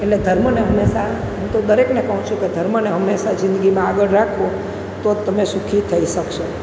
એટલે ધર્મને હંમેશા હું તો દરેકને કહું છું કે ધર્મને હંમેશા જિંદગીમાં આગળ રાખો તો જ તમે સુખી થઈ શકશો